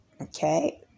okay